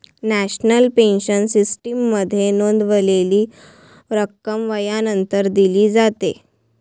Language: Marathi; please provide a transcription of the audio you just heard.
नॅशनल पेन्शन सिस्टीममध्ये नोंदवलेली रक्कम वयानंतर दिली जाते